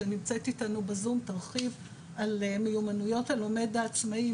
שנמצאת אתנו בזום תרחיב על מיומנויות הלומד העצמאי,